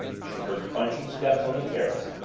she heard crunching steps on the terrace,